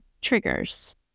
triggers